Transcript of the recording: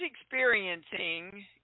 experiencing